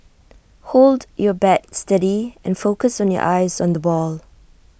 hold your bat steady and focus your eyes on the ball